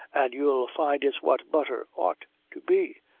an' you'll find it's what butther ought to be,